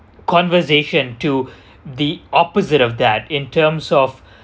conversation to the opposite of that in terms of